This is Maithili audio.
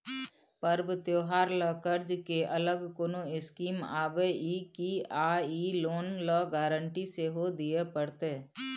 पर्व त्योहार ल कर्ज के अलग कोनो स्कीम आबै इ की आ इ लोन ल गारंटी सेहो दिए परतै?